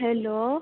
hello